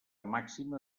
màxima